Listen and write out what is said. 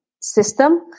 system